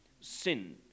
sin